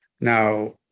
Now